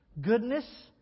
goodness